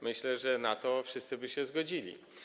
Myślę, że na to wszyscy by się zgodzili.